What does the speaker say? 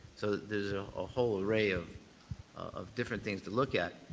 so there's a whole array of of different things to look at.